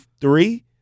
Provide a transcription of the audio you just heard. three